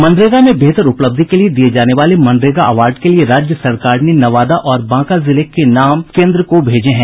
मनरेगा में बेहतर उपलब्धि के लिये दिये जाने वाले मनरेगा अवार्ड के लिये राज्य सरकार ने नवादा और बांका जिले के नाम केंद्र को भेजा है